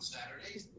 Saturdays